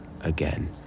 again